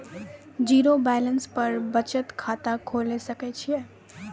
Zero balance पर बचत खाता खोले सकय छियै?